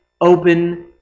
open